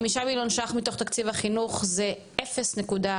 5 מיליון שקלים מתוך תקציב החינוך זה 0.006%,